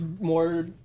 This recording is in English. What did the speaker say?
more